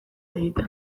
egiten